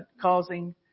causing